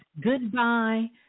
goodbye